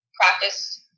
practice